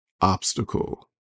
obstacle